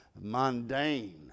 mundane